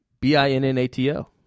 B-I-N-N-A-T-O